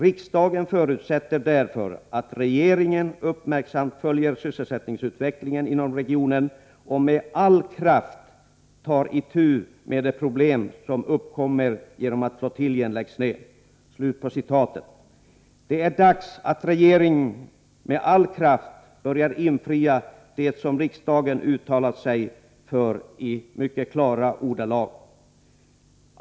Riksdagen förutsätter därför att regeringen uppmärksamt följer sysselsättningsutvecklingen inom regionen och med all kraft tar itu med de problem som uppkommer genom att flottiljen läggs ned.” Det är dags att regeringen med all kraft börjar infria det som riksdagen uttalat sig för i mycket klara ordalag.